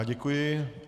Děkuji.